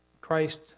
Christ